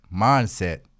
mindset